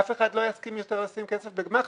אף אחד לא יסכים יותר לשים כסף בגמ"ח